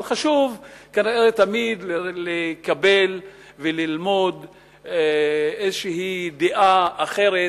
אבל חשוב כנראה תמיד לקבל וללמוד איזו דעה אחרת